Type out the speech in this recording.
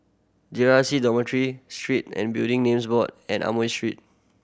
J R C Dormitory Street and Building Names Board and Amoy Street